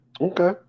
Okay